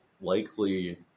likely